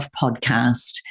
Podcast